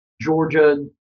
Georgia